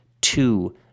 two